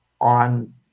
on